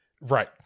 Right